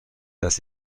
dass